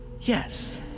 Yes